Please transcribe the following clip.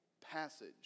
passage